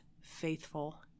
faithful